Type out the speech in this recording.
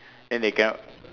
than they cannot